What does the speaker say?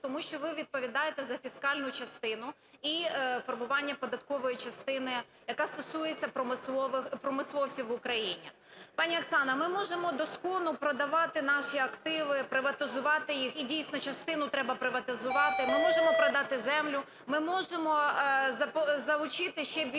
тому що ви відповідаєте за фіскальну частину і формування податкової частини, яка стосується промисловців в Україні. Пані Оксана, ми можемо до скону продавати наші активи, приватизувати їх і, дійсно, частину треба приватизувати. Ми можемо продати землю, ми можемо залучити ще більше